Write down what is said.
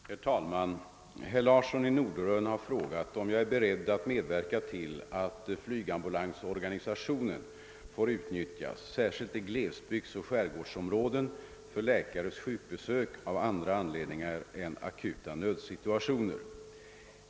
Herr talman! Herr Larsson i Norderön har frågat om jag är beredd att medverka till att flygambulansorganisationen får utnyttjas — särskilt i glesbygdsoch skärgårdsområden — för läkares sjukbesök av andra anledningar än akuta nödsituationer.